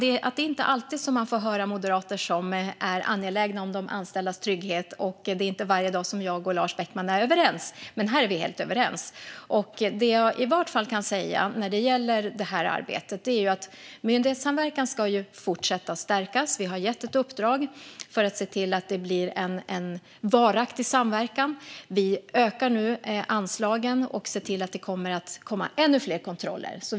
Det är inte alltid som man får höra moderater som är angelägna om de anställdas trygghet, och det är inte varje dag som jag och Lars Beckman är överens, men här är vi helt överens. Det som jag i vart fall kan säga när det gäller det här arbetet är att myndighetssamverkan ska fortsätta att stärkas. Vi har gett ett uppdrag för att se till att det blir en varaktig samverkan. Vi ökar nu anslagen och ser till att det kommer att bli ännu fler kontroller.